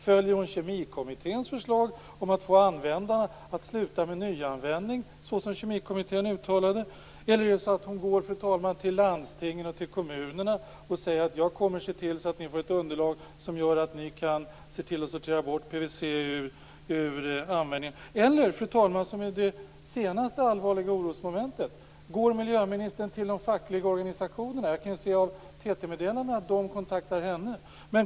Följer hon Kemikommitténs förslag om att sluta med nyanvändning, såsom Kemikommittén uttalade, eller går hon till landstingen och kommunerna och säger att hon kommer att se till att de får ett underlag som gör att de kan sortera bort PVC ur användningen? Det senaste allvarliga orosmomentet är: Går miljöministern till de fackliga organisationerna? Jag kan se av TT-meddelanden att de kontaktar henne.